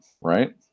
right